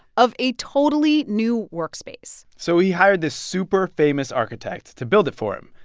of a totally new workspace so he hired this super-famous architect to build it for him.